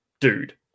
dude